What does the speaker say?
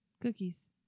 Cookies